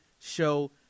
show